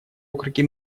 округе